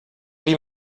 wie